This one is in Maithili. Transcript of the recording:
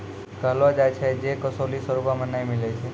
कहलो जाय छै जे कसैली स्वर्गो मे नै मिलै छै